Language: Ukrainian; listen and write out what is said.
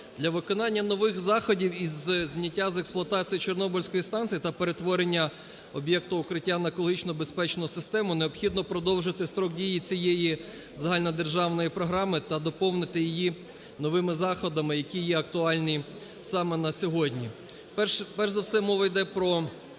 Для виконання нових заходів із зняття з експлуатації Чорнобильської станції та перетворення об'єкту "Укриття" на екологічно безпечну систему необхідно продовжити строк дії цієї загальнодержавної програми та доповнити її новими заходами, які є актуальні саме на сьогодні. Перш за все мова іде про